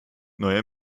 neue